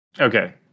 okay